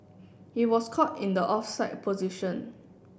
he was caught in the offside position